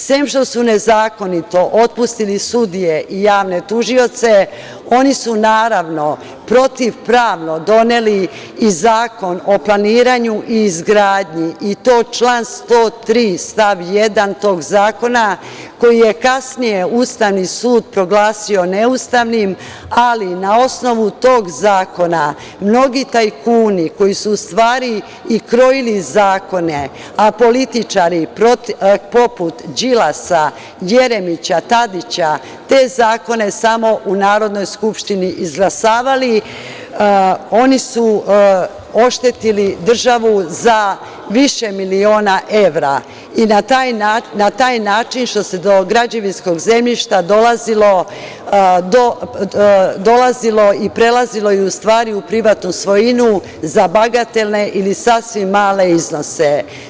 Sem što su nezakonito otpustili sudije i javne tužioce, oni su naravno protivpravno doneli i Zakon o planiranju i izgradnji i to član 103. stav 1. tog zakona koji je kasnije Ustavni sud proglasio neustavnim, ali na osnovu tog zakona mnogi tajkuni koji su u stvari i krojili zakone, a političari poput Đilasa, Jeremića, te zakone samo u Narodnoj skupštini izglasavali, oni su oštetili državu za više miliona evra, na taj način što se do građevinskog zemljišta dolazilo i prelazilo je u privatnu svojinu za bagatelne ili sasvim male iznose.